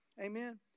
Amen